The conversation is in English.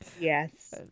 yes